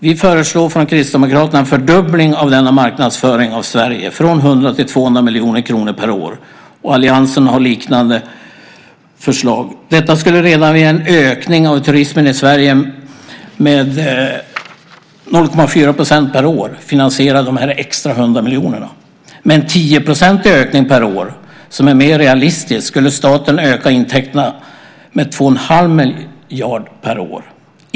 Kristdemokraterna föreslår en fördubbling av marknadsföringen av Sverige, från 100 till 200 miljoner kronor per år. Alliansen har liknande förslag. En ökning av turistandet i Sverige med 0,4 % per år skulle finansiera dessa extra 100 miljoner. Med en 10-procentig ökning per år, som är mer realistiskt, skulle staten öka intäkterna med 2 1⁄2 miljard per år.